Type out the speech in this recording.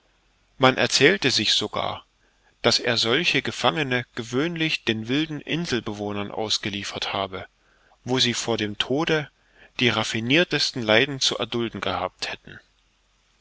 man erzählte sich sogar daß er solche gefangene gewöhnlich den wilden inselbewohnern ausgeliefert habe wo sie vor dem tode die raffinirtesten leiden zu erdulden gehabt hätten